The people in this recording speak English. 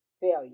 failure